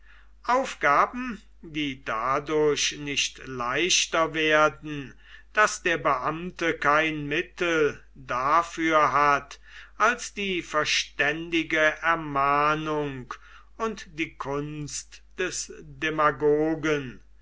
aufgaben die dadurch nicht leichter werden daß der beamte kein mittel dafür hat als die verständige ermahnung und die kunst des demagogen